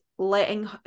Letting